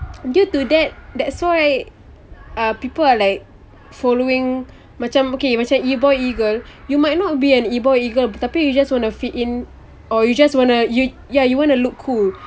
due to that that's why uh people are like following macam okay macam E-boy E-girl you might not be an E-boy E-girl tapi you just want to fit in or you just wanna ya you wanna look cool